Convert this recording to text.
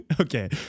Okay